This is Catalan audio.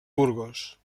burgos